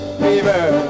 fever